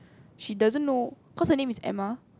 she doesn't know cause her name is Emma